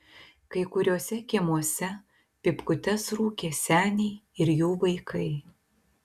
kai kuriuose kiemuose pypkutes rūkė seniai ir jų vaikai